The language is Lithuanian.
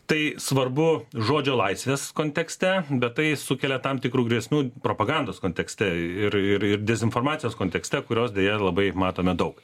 tai svarbu žodžio laisvės kontekste bet tai sukelia tam tikrų grėsmių propagandos kontekste ir ir dezinformacijos kontekste kurios deja labai matome daug